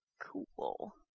Cool